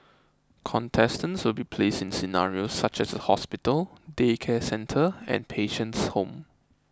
contestants will be placed in scenarios such as a hospital daycare centre and patient's home